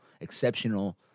exceptional